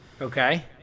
Okay